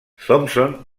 thompson